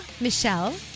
Michelle